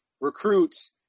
recruits